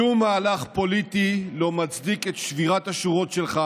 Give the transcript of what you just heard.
שום מהלך פוליטי לא מצדיק את שבירת השורות שלך